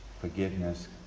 forgiveness